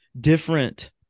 different